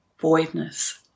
voidness